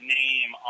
name